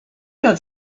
got